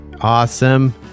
Awesome